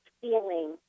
feeling